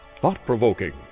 thought-provoking